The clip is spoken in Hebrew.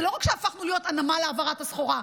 זה לא רק שהפכנו להיות הנמל להעברת הסחורה,